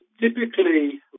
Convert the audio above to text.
typically